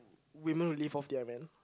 women who live off their men